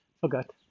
Forgot